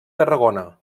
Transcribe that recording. tarragona